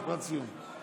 משפט סיום.